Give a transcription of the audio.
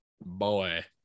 Boy